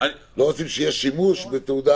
אמרת שלא רוצים שיהיה שימוש בתעודה.